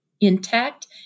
intact